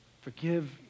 Forgive